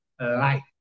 life